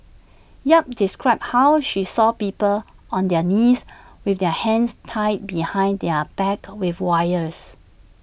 yap described how she saw people on their knees with their hands tied behind their backs with wires